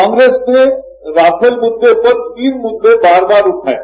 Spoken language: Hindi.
कांग्रेस ने राफेल मुद्दे पर तीन मुद्दे बार बार उठाये